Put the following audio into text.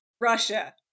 Russia